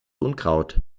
unkraut